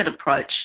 approach